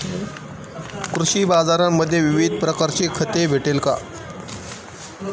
कृषी बाजारांमध्ये विविध प्रकारची खते भेटेल का?